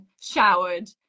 showered